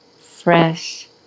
fresh